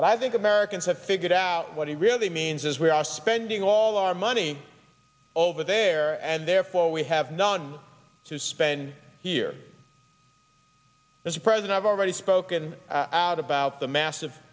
but i think americans have figured out what he really means is we are spending all our money over there and therefore we have none to spend here as president i've already spoken out about the massive